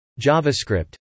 javascript